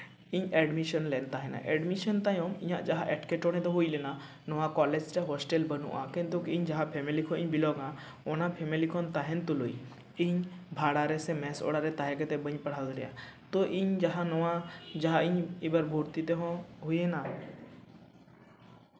ᱤᱧ ᱮᱰᱢᱤᱥᱚᱱ ᱞᱮᱱ ᱛᱟᱦᱮᱱᱟᱹᱧ ᱮᱰᱢᱤᱥᱮᱱ ᱛᱟᱭᱚᱢ ᱤᱧᱟᱹᱜ ᱡᱟᱦᱟᱸ ᱮᱴᱠᱮᱴᱚᱬᱮ ᱫᱚ ᱦᱩᱭ ᱞᱮᱱᱟ ᱱᱚᱣᱟ ᱠᱚᱞᱮᱡᱽ ᱨᱮ ᱦᱳᱥᱴᱮᱞ ᱵᱟᱹᱱᱩᱜᱼᱟ ᱠᱤᱱᱛᱩ ᱤᱧ ᱡᱟᱦᱟᱸ ᱯᱷᱮᱢᱮᱞᱤ ᱠᱷᱚᱱᱤᱧ ᱵᱤᱞᱚᱝᱟ ᱚᱱᱟ ᱯᱷᱮᱢᱮᱞᱤ ᱠᱷᱚᱱ ᱛᱟᱦᱮᱱ ᱛᱩᱞᱩᱡ ᱤᱧ ᱵᱷᱟᱲᱟ ᱨᱮ ᱥᱮ ᱢᱮᱹᱥ ᱚᱲᱟᱜ ᱨᱮ ᱛᱟᱦᱮᱸ ᱠᱟᱛᱮᱜ ᱵᱟᱹᱧ ᱯᱟᱲᱦᱟᱣ ᱫᱟᱲᱮᱭᱟᱜᱼᱟ ᱛᱳ ᱤᱧ ᱡᱟᱦᱟᱸ ᱱᱚᱣᱟ ᱡᱟᱦᱟᱸ ᱤᱧ ᱮᱵᱟᱨ ᱵᱷᱚᱨᱛᱤ ᱛᱮᱦᱚᱸ ᱦᱩᱭᱮᱱᱟ